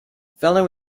fellow